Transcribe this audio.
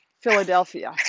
Philadelphia